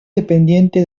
dependiente